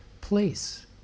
place